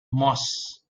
moss